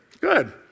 Good